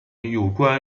有关